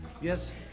Yes